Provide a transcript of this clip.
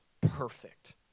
perfect